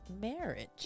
marriage